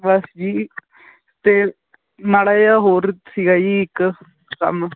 ਬੱਸ ਜੀ ਅਤੇ ਮਾੜਾ ਜਿਹਾ ਹੋਰ ਸੀਗਾ ਜੀ ਇੱਕ ਕੰਮ